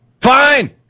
Fine